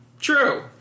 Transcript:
True